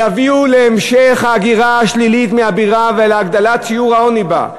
יביאו להמשך ההגירה השלילית מהבירה ולהגדלת שיעור העוני בה.